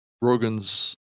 Rogan's